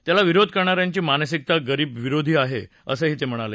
त्याला विरोध करणा यांची मानसिकता गरीबविरोधी आहे असं ते म्हणाले